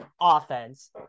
offense